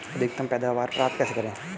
अधिकतम पैदावार प्राप्त कैसे करें?